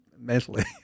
mentally